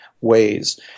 ways